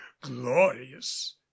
glorious